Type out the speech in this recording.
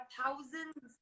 thousands